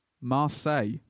Marseille